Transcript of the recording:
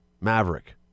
Maverick